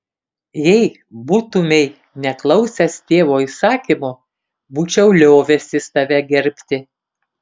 jei būtumei neklausęs tėvo įsakymo būčiau liovęsis tave gerbti